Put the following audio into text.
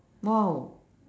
!wow!